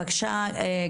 בבקשה,